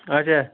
اَچھا